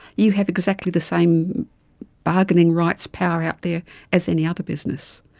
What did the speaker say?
you have exactly the same bargaining rights, power out there as any other business.